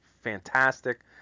fantastic